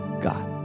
God